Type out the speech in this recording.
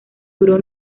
duró